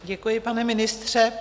Děkuji, pane ministře.